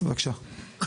בבקשה.